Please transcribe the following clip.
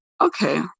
okay